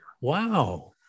Wow